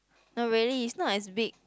no really is not as big